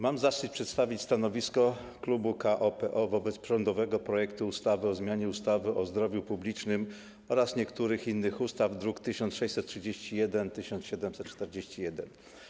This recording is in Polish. Mam zaszczyt przedstawić stanowisko klubu KO - PO wobec rządowego projektu ustawy o zmianie ustawy o zdrowiu publicznym oraz niektórych innych ustaw, druki nr 1631 i 1741.